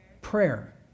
Prayer